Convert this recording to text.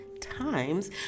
times